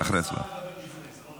השר מדבר לפני, זה לא נכון.